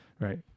Right